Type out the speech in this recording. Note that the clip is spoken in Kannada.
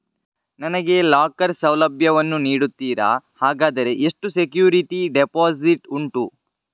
ನನಗೆ ಲಾಕರ್ ಸೌಲಭ್ಯ ವನ್ನು ನೀಡುತ್ತೀರಾ, ಹಾಗಾದರೆ ಎಷ್ಟು ಸೆಕ್ಯೂರಿಟಿ ಡೆಪೋಸಿಟ್ ಉಂಟು?